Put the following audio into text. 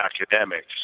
academics